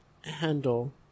handle